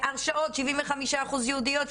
הרשעות 75 אחוז יהודיות,